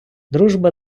дружба